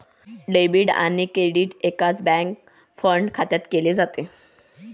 debit आणि credit एकाच bank fund खात्यात केले जाते